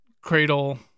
Cradle